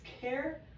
care